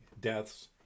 deaths